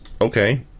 okay